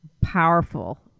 powerful